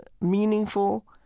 meaningful